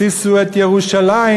שישו את ירושלים,